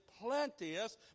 plenteous